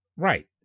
Right